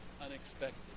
unexpected